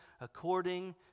according